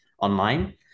online